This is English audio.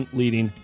leading